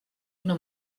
una